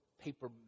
paper